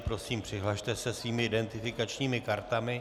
Prosím, přihlaste se svými identifikačními kartami.